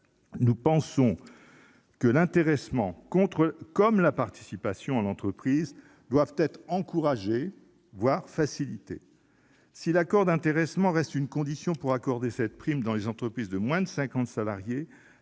nous pensons que l'intéressement comme la participation en entreprise doivent être encouragés, voire facilités. Si l'accord d'intéressement reste une condition pour accorder cette prime dans les entreprises de moins de 50 salariés,